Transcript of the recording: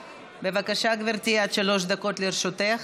בבקשה, גברתי, עד שלוש דקות לרשותך.